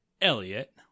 Elliot